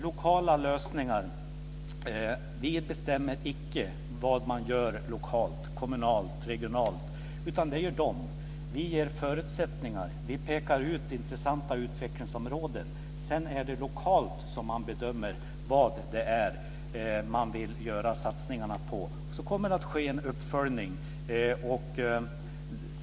Lokala lösningar: Vi bestämmer icke vad som görs lokalt, kommunalt och regionalt, utan det gör de själva. Vi ger förutsättningar och pekar ut intressanta utvecklingsområden. Sedan får man lokalt bedöma vad man vill göra satsningarna på. Det kommer sedan att ske en uppföljning.